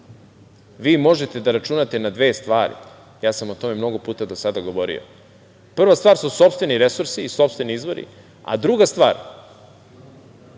vi možete da računate na dve stvari, o tome sam mnogo puta do sada govorio, prva stvar su sopstveni resursi i sopstveni izvori, a druga stvar